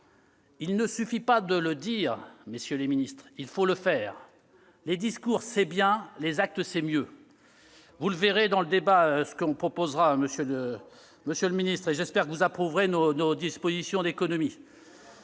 Il ne suffit pas de le dire, messieurs les ministres. Il faut le faire. Les discours, c'est bien ; les actes, c'est mieux. Que proposez-vous ? Vous verrez au cours du débat ce que nous proposerons, monsieur le ministre, et j'espère que vous approuverez nos dispositions d'économie.